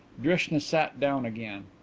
drishna sat down again.